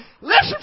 Listen